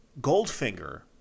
Goldfinger